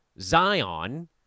Zion